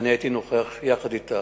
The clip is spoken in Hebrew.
ואני הייתי נוכח יחד אתך,